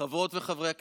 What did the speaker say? חברות וחברי הכנסת,